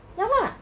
要 lah